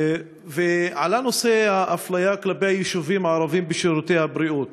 ועלה נושא האפליה כלפי היישובים הערביים בשירותי הבריאות: